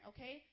Okay